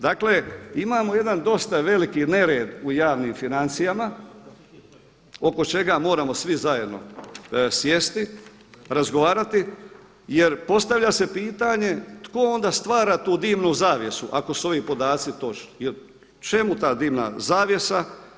Dakle imamo jedan dosta veliki nered u javnim financijama oko čega moramo svi zajedno sjesti, razgovarati jer postavlja se pitanje tko onda stvara tu dimnu zavjesu ako su ovi podaci točni jer čemu ta dimna zavjesa?